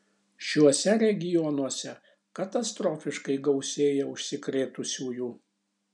šiuose regionuose katastrofiškai gausėja užsikrėtusiųjų